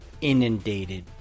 inundated